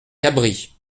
cabris